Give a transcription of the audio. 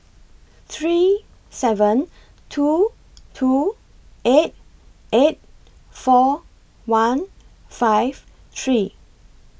three seven two two eight eight four one five three